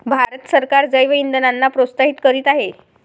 भारत सरकार जैवइंधनांना प्रोत्साहित करीत आहे